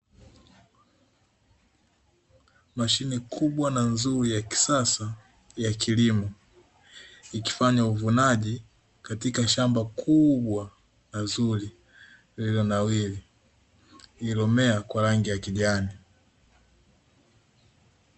Mashine kubwa na nzuri ya kisasa ya kilimo, ikifanya uvunaji katika shamba kubwa na zuri lililonawiri na lililomea kwa rangi ya kijani.